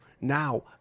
Now